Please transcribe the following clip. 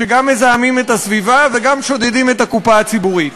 שגם מזהמים את הסביבה וגם שודדים את הקופה הציבורית.